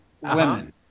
women